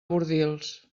bordils